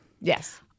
Yes